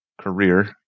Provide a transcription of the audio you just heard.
career